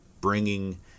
bringing